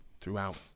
throughout